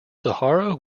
sahara